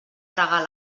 tragar